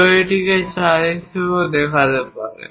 কেউ এটিকে 4 হিসাবেও দেখাতে পারে